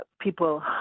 people